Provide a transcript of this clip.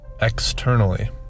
externally